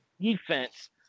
defense